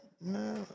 No